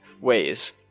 ways